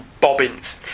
bobbins